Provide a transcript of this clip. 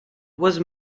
was